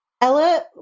Ella